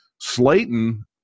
Slayton